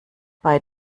bei